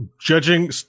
judging